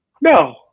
No